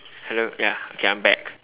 hello ya okay I'm back